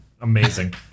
Amazing